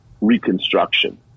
Reconstruction